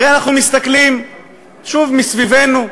הרי אנחנו מסתכלים שוב סביבנו,